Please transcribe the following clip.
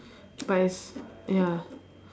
but it's ya